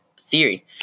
theory